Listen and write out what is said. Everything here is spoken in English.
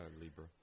Libra